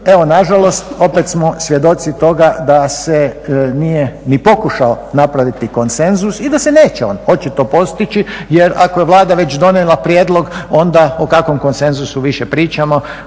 evo nažalost opet smo svjedoci toga da se nije ni pokušao napraviti konsenzus i da se neće on očito postići jer ako je Vlada već donijela prijedlog onda o kakvom konsenzusu više pričamo,